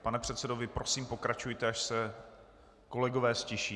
Pane předsedo, vy prosím pokračujte, až se kolegové ztiší.